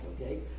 Okay